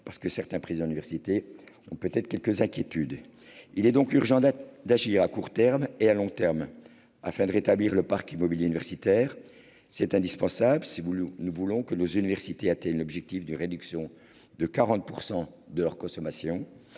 certains chantiers de démolition sont freinés. Il est donc urgent d'agir, à court terme et à long terme, afin de réhabiliter le parc immobilier universitaire. C'est indispensable si nous voulons que nos universités atteignent l'objectif de réduction de 40 % de leur consommation